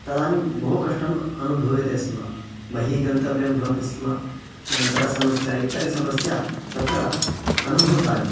तदानीं बहु कष्टम् अनुभूयते स्म बहिः गन्तव्यं भवति स्म जलसमस्या इत्यादिसमस्या तत्र अनुभूतानि